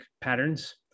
patterns